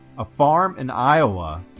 a farm in iowa,